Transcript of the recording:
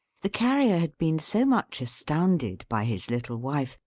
the carrier had been so much astounded by his little wife,